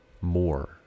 more